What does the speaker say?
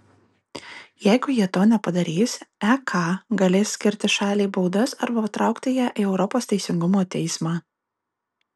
jeigu jie to nepadarys ek galės skirti šaliai baudas arba patraukti ją į europos teisingumo teismą